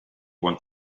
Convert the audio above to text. want